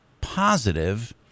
positive